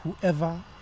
whoever